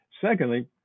Secondly